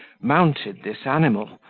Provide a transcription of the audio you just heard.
mounted this animal,